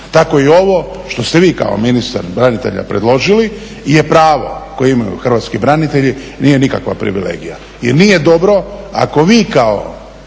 Tako i ovo što ste vi kao ministar branitelja predložili je pravo koje imaju hrvatski branitelji i nije nikakva privilegija. I nije dobro ako vi kao